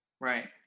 right